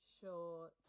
sure